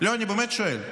אני באמת שואל: